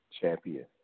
champion